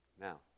Now